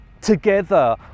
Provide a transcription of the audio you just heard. together